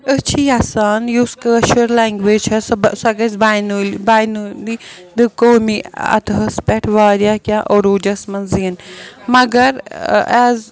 أسۍ چھِ یژھان یُس کٲشِر لَنٛگویج چھےٚ سۄ سۄ گژھِ باینٲ بایِنٲلی تہٕ قومی اتھہَس پٮ۪ٹھ واریاہ کیٚنہہ عروٗجَس منٛز یِنۍ مگر ایز